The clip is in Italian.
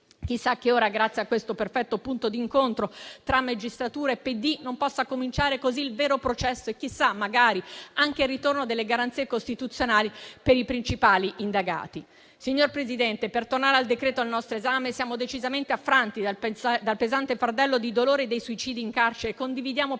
Chissà che ora, grazie a questo perfetto punto d'incontro tra magistratura e PD, non possa cominciare così il vero processo e chissà, magari, anche il ritorno delle garanzie costituzionali per i principali indagati. Signor Presidente, per tornare al decreto-legge al nostro esame, siamo decisamente affranti dal pesante fardello di dolore dei suicidi in carcere. Condividiamo perfettamente